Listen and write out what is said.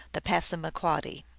the passa maquoddy.